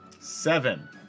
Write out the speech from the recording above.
Seven